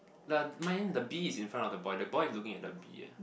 the mine the bee is in front of the boy the boy is looking at the bee eh